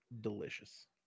delicious